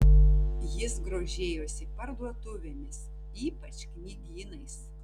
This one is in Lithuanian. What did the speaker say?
jis grožėjosi parduotuvėmis ypač knygynais